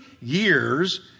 years